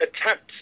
attempts